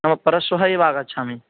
नाम परश्वः एव आगच्छामि